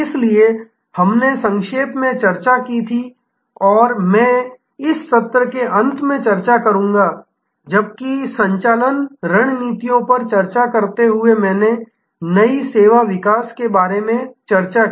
इसलिए हमने संक्षेप में चर्चा की थी और मैं इस सत्र के अंत में चर्चा करूंगा जबकि संचालन रणनीतियों पर चर्चा करते हुए मैंने नई सेवा विकास के बारे में चर्चा की